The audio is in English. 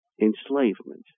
enslavement